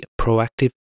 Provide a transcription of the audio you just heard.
proactive